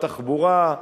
תחבורה,